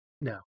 No